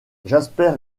jasper